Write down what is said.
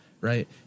right